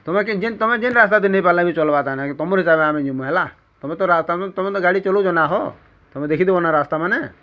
ତମେ କେ ଜିନ୍ ତମେ ଜିନ୍ ରାସ୍ତା ଚିହ୍ନି ପାର୍ଲେ ବି ଚଲ୍ବାଟା ନେଇ ତମରି ହିସାବେ ଆମେ ଯିବୁଁ ହେଲା ତମେ ତ ରାସ୍ତା ନୁ ତମେ ତ ଗାଡ଼ି ଚଲଉଛ ନା ହ ତମେ ତ ଦେଖିଥିବ ନା ରାସ୍ତା ମାନେ